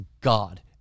God